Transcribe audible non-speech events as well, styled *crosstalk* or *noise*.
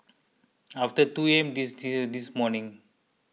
after two A M *unintelligible* this morning